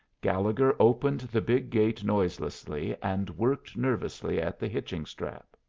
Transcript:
gallegher opened the big gate noiselessly, and worked nervously at the hitching strap.